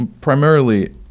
primarily